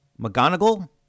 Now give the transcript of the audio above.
McGonagall